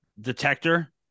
detector